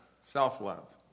self-love